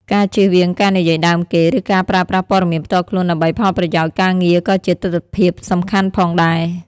ការជៀសវាងការនិយាយដើមគេ ឬការប្រើប្រាស់ព័ត៌មានផ្ទាល់ខ្លួនដើម្បីផលប្រយោជន៍ការងារក៏ជាទិដ្ឋភាពសំខាន់ផងដែរ។